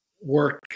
work